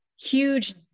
huge